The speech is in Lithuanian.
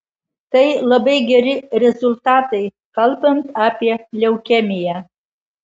tai labai geri rezultatai kalbant apie leukemiją